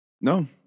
No